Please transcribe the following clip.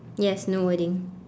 yes no wording